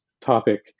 topic